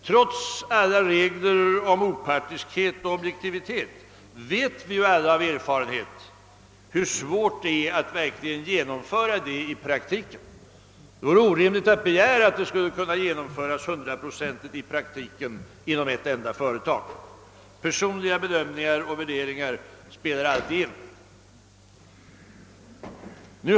Trots alla regler om opartiskhet och objektivitet vet vi av erfarenhet hur svårt det är att verkligen genomföra dem i praktiken. Det vore nästan orimligt att begära detta inom ett enda företag. Personliga bedömningar och värde ringar spelar alltid in. Icke desto mindre är det dessa krav som med nuvarande ordning måste uppställas.